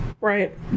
Right